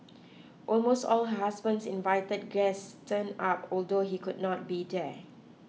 almost all her husband's invited guests turn up although he could not be there